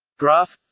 graph.